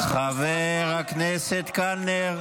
חבר הכנסת קלנר.